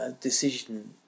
decision